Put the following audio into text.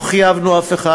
לא חייבנו אף אחד,